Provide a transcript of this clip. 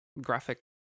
graphic